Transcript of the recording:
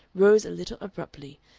rose a little abruptly,